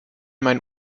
mein